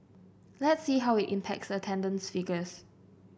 let's see how it impacts the attendance figures